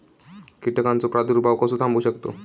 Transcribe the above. कीटकांचो प्रादुर्भाव कसो थांबवू शकतव?